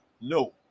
No